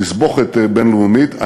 בתסבוכת בין-לאומית.